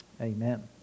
amen